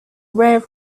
rare